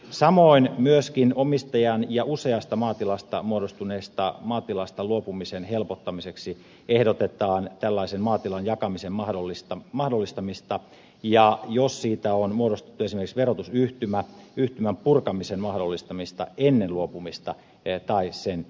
samoin myöskin usean omistajan ja useasta maatilasta muodostuneesta maatilasta luopumisen helpottamiseksi ehdotetaan tällaisen maatilan jakamisen mahdollistamista ja jos siitä on muodostettu esimerkiksi verotusyhtymä yhtymän purkamisen mahdollistamista ennen luopumista tai sen yhteydessä